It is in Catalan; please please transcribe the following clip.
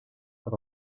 per